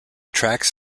tracks